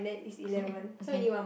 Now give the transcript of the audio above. hm okay